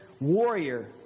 warrior